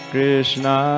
Krishna